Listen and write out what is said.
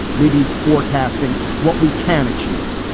maybe he's forecasting what we can achieve.